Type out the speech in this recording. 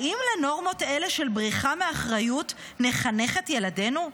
האם לנורמות אלה של בריחה מאחריות נחנך את ילדנו?